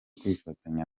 kwifatanya